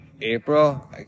April